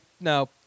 no